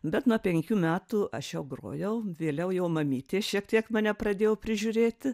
bet nuo penkių metų aš jau grojau vėliau jau mamytė šiek tiek mane pradėjo prižiūrėti